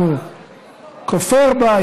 אם הוא כופר בה,